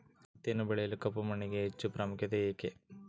ಹತ್ತಿಯನ್ನು ಬೆಳೆಯಲು ಕಪ್ಪು ಮಣ್ಣಿಗೆ ಹೆಚ್ಚು ಪ್ರಾಮುಖ್ಯತೆ ಏಕೆ?